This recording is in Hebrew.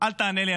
אל תענה לי.